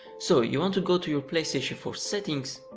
so, you want to go to your playstation four settings,